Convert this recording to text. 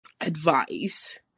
advice